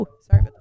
sorry